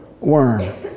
worm